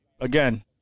again